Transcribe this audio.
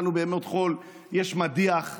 לנו בימות חול יש מדיח,